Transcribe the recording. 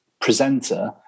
presenter